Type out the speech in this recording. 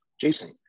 Jason